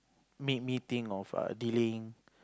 made me think of err delaying